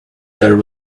there